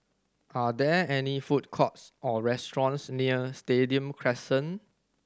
are there any food courts or restaurants near Stadium Crescent